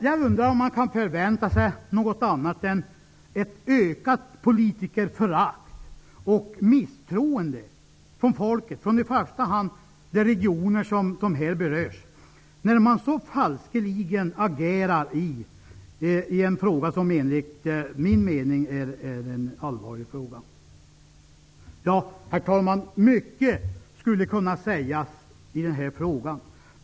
Jag undrar om man kan förvänta sig något annat än ett ökat politikerförakt och misstroende från folket -- i första han ifrån de regioner som här berörs -- när man så falskeligen agerar i en fråga som enligt min mening är en allvarlig fråga. Herr talman! Mycket skulle kunna sägas i den här frågan.